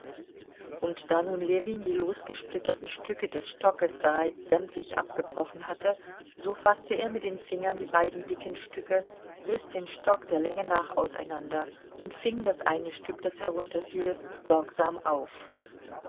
und da nun ljewin die losgesplitterten stücke des stockes bereits sämtlich abgebrochen hatte so faßte er mit den fingern die beiden dicken stücke riß den stock der länge nach auseinander und fing das eine stück das herunterfiel sorgsam auf